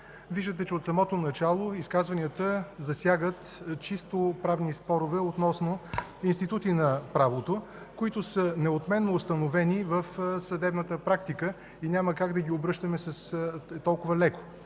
Виждате, че от самото начало изказванията засягат чисто правни спорове относно институти на правото, които са неотменно установени в съдебната практика и няма как да ги обръщаме толкова леко.